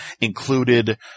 included